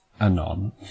anon